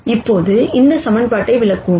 இப்போது இந்த சமன்பாட்டை விளக்குவோம்